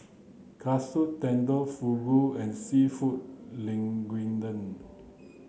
Katsu Tendon Fugu and Seafood Linguine